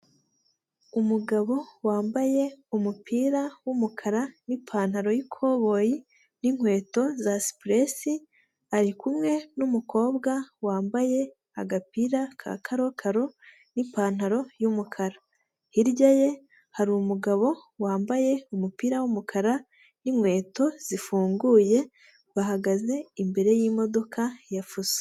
Umugabo wambaye umupira w'umukara n'ipantaro y'ikoboyi n'inkweto za supuresi ari kumwe n'umukobwa wambaye agapira ka karokaro n'ipantaro y'umukara, hirya ye hari umugabo wambaye umupira w'umukara n'inkweto zifunguye, bahagaze imbere y'imodoka ya fuso.